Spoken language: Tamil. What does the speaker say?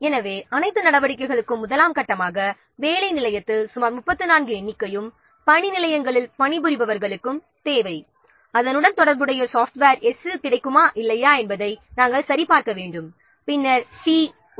எனவே அனைத்து நடவடிக்கைகளுக்கும் முதலாம் கட்டமாக வேலை நிலையத்தில் சுமார் 34 எண்ணிக்கையும் பணிநிலையங்களில் பணிபுரிபவர்களுக்கும் தேவை அதனுடன் தொடர்புடைய சாப்ட்வேர் 's' இல் கிடைக்குமா இல்லையா என்பதை நாம் சரிபார்க்க வேண்டும் பின்னர் பி 1